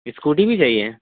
scooty بھی چاہیے